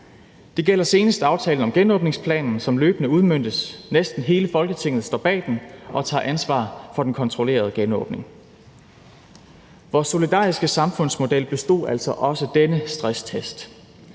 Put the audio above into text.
Det gælder senest aftalen om genåbningsplanen, som løbende udmøntes. Næsten hele Folketinget står bag den og tager ansvar for den kontrollerede genåbning. Vores solidariske samfundsmodel bestod altså også denne stresstest.